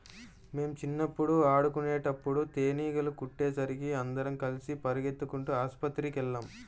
మేం చిన్నప్పుడు ఆడుకునేటప్పుడు తేనీగలు కుట్టేసరికి అందరం కలిసి పెరిగెత్తుకుంటూ ఆస్పత్రికెళ్ళాం